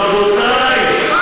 רבותיי,